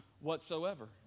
whatsoever